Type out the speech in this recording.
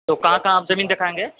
تو کہاں کہاں آپ زمین دکھائیں گے